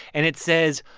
and it says,